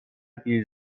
بیل